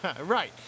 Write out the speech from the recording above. Right